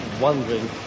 wondering